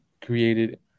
created